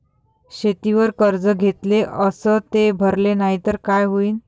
शेतीवर कर्ज घेतले अस ते भरले नाही तर काय होईन?